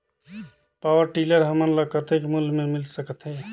Power tiller हमन ल कतेक मूल्य मे मिल सकथे?